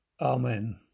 Amen